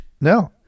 No